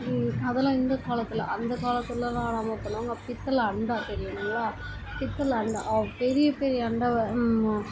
அதெல்லாம் இந்த காலத்தில் அந்த காலத்துலெல்லாம் என்னம்மா பண்ணுவாங்க பித்தளை அண்டா தெரியுங்களா பித்தளை அண்டா பெரிய பெரிய அண்டாவை